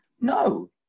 no